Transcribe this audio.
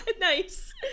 Nice